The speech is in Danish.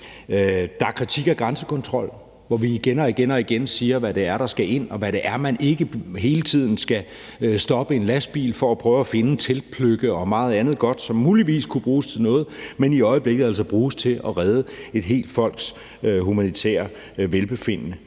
der er kritik af grænsekontrol. Vi siger igen og igen, hvad det er, der skal ind, og hvad det er, man ikke hele tiden skal stoppe en lastbil for at prøve at finde – teltpløkker og meget andet godt, som muligvis kunne bruges til noget, men som i øjeblikket altså bruges til at redde et helt folks humanitære velbefindende.